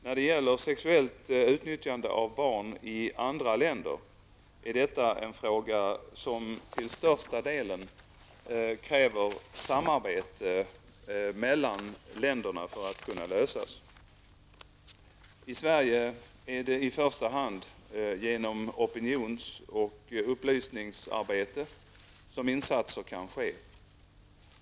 När det gäller sexuellt utnyttjande av barn i andra länder är detta en fråga som till största delen kräver samarbete mellan länderna för att kunna lösas. I Sverige är det i första hand genom opinions och upplysningsarbete som insatser kan ske.